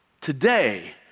today